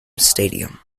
stadium